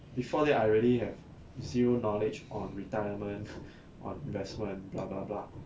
before that I really have zero knowledge on retirement on investment blah blah blah